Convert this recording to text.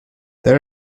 there